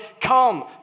come